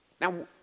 now